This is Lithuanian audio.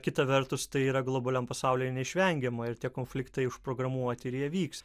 kita vertus tai yra globaliam pasaulyje neišvengiama ir tie konfliktai užprogramuoti ir jie vyks